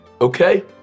Okay